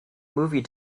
movie